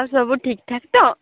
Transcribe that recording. ଆଉ ସବୁ ଠିକ୍ଠାକ୍ ତ